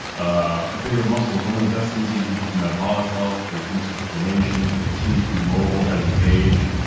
ah bigger muscles, one of the best things that you can do for metabolic health to reduce inflammation, to continue to be mobile as you age.